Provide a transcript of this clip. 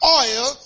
oil